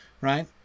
right